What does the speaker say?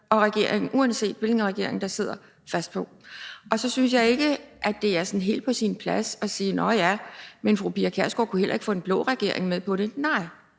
og regeringen, uanset hvilken regering der sidder, fast på. Og så synes jeg ikke, det er helt på sin plads at sige, at fru Pia Kjærsgaard heller ikke kunne få den blå regering med på det. Nej,